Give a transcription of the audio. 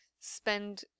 spend